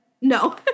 No